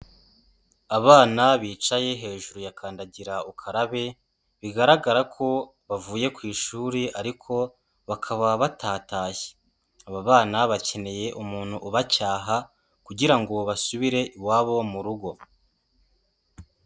Abana bicaye hejuru ya kandagira ukarabe, bigaragara ko bavuye ku ishuri, ariko bakaba batatashye. Aba bana bakeneye umuntu ubacyaha, kugira ngo basubire iwabo mu rugo.